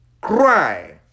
cry